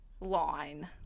line